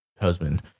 husband